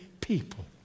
people